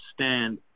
stand